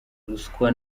ruswa